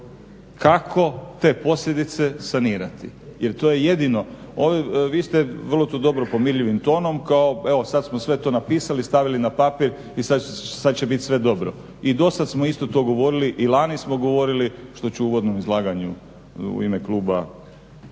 kako te posljedice sanirati, jer to je jedino. Vi ste vrlo tu dobro pomirljivim tonom kao evo sad smo sve to napisali, stavili na papir i sad će bit sve dobro. I dosad smo isto to govorili i lani smo govorili što ću u uvodnom izlaganju u ime kluba